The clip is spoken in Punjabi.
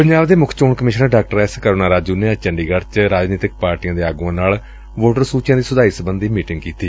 ਪੰਜਾਬ ਦੇ ਮੁੱਖ ਚੋਣ ਅਫ਼ਸਰ ਡਾ ਐਸ ਕਰੁਣਾ ਰਾਜੂ ਨੇ ਅੱਜ ਚੰਡੀਗੜ੍ ਚ ਰਾਜਨੀਤਕ ਪਾਰਟੀਆਂ ਦੇ ਆਗੁਆਂ ਨਾਲ ਵੋਟਰ ਸੁਚੀਆਂ ਦੀ ਸੁਧਾਈ ਸਬੰਧੀ ਮੀਟਿੰਗ ਕੀਤੀ